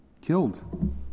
Killed